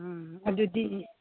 ꯎꯝ ꯑꯗꯨꯗꯤ